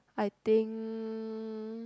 I think